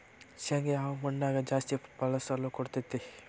ಶೇಂಗಾ ಯಾವ ಮಣ್ಣಾಗ ಜಾಸ್ತಿ ಫಸಲು ಕೊಡುತೈತಿ?